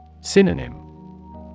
Synonym